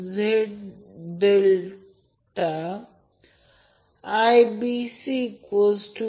जर सर्किट पाहिले तर म्हणजे ज्याला आपण Vab म्हणतो येथे V लहान ab म्हणजे Vab VAB आहे